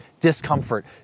discomfort